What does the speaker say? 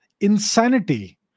insanity